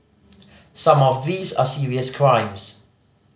some of these are serious crimes